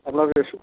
আপনাদের